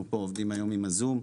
אנחנו פה עובדים היום עם הזום,